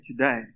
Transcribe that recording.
today